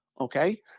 Okay